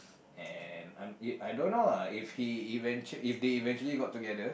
and I'm I don't know lah if he event~ if they eventually got together